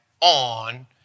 on